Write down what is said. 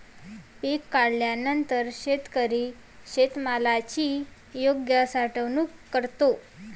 पीक काढणीनंतर शेतकरी शेतमालाची योग्य साठवणूक करतो